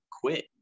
quit